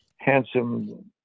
handsome